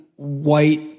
white